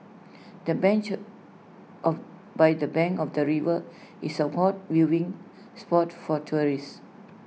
the bench of by the bank of the river is A hot viewing spot for tourists